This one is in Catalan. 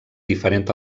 diferent